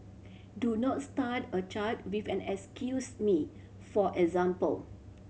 do not start a chat with an excuse me for example